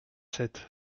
sept